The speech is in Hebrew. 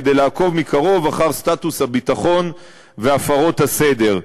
כדי לעקוב מקרוב אחר סטטוס הביטחון והפרות הסדר.